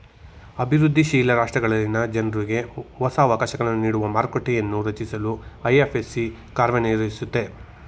ಅಭಿವೃದ್ಧಿ ಶೀಲ ರಾಷ್ಟ್ರಗಳಲ್ಲಿನ ಜನ್ರುಗೆ ಹೊಸ ಅವಕಾಶಗಳನ್ನು ನೀಡುವ ಮಾರುಕಟ್ಟೆಯನ್ನೂ ರಚಿಸಲು ಐ.ಎಫ್.ಸಿ ಕಾರ್ಯನಿರ್ವಹಿಸುತ್ತೆ